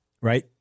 right